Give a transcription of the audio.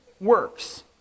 works